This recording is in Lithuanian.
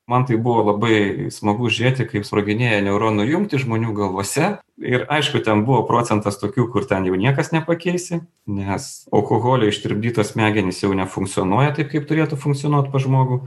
man tai buvo labai smagu žiūrėti kaip sproginėja neuronų jungtys žmonių galvose ir aišku ten buvo procentas tokių kur ten jau niekas nepakeisi nes alkoholio ištirpdytos smegenys jau nefunkcionuoja taip kaip turėtų funkcionuoti pas žmogų